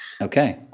Okay